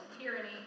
Tyranny